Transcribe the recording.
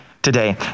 today